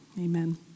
amen